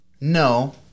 No